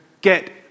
get